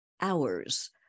hours